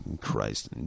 Christ